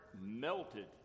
melted